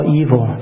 evil